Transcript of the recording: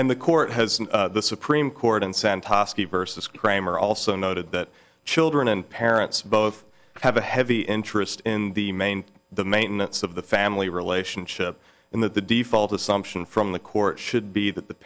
and the court has the supreme court in santa vs kramer also noted that children and parents both have a heavy interest in the main the maintenance of the family relationship in that the default assumption from the court should be that the